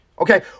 Okay